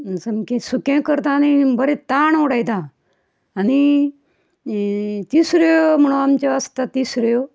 सामकें सुकें करता आनी बरें ताण उडयता आनी तिसऱ्यो म्हणोन आमच्यो आसता तिसऱ्यो